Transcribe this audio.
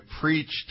preached